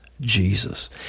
Jesus